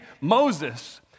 Moses